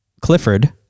Clifford